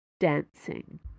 Dancing